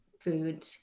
food